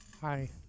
Hi